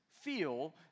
feel